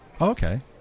Okay